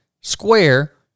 square